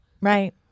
right